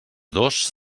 dos